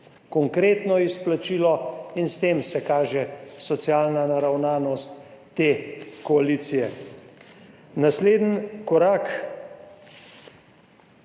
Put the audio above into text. Konkretno izplačilo in s tem se kaže socialna naravnanost te koalicije. Naslednji korak: